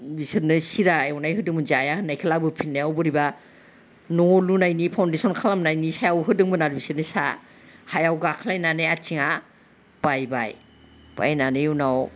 बिसोरनो सिरा एवनाय होदोंमोन जाया होननायखौ लाबोफिननायाव बोरैबा न' लुनायनि फाउनडेसन खालामनायनि सायाव होदोंमोन आरो बिसोरनो साहा हायाव गाख्लायनानै आथिङा बायबाय बायनानै उनाव